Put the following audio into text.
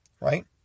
right